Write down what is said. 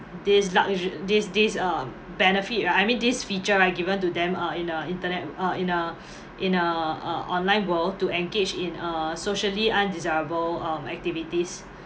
this luxu~ this this um benefit right I mean this feature right given to them uh in uh internet w~ in a in a uh online world to engage in uh socially undesirable um activities